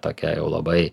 tokia jau labai